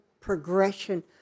progression